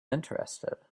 interested